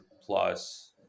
plus